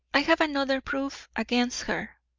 i have another proof against her,